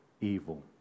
evil